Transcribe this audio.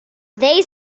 they